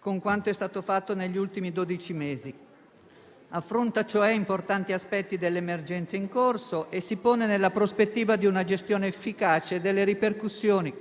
con quanto è stato fatto negli ultimi dodici mesi: affronta, cioè, importanti aspetti dell'emergenza in corso e si pone nella prospettiva di una gestione efficace delle ripercussioni